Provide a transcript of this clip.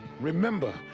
Remember